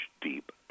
deep